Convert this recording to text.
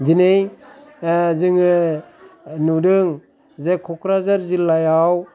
दिनै जोङो नुदों जे क'क्राझार जिल्लायाव